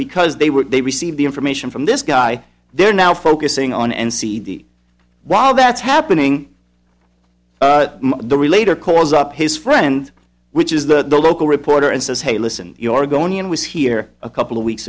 because they were they received the information from this guy they're now focusing on and see the while that's happening the relator corps up his friend which is the local reporter and says hey listen you oregonian was here a couple of weeks